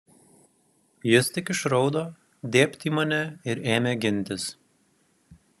jis tik išraudo dėbt į mane ir ėmė gintis